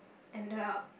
end up